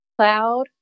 cloud